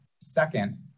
Second